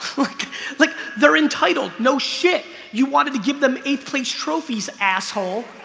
look like they're entitled no shit. you wanted to give them eighth place trophies asshole